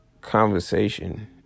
conversation